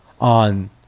on